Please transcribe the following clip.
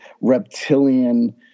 reptilian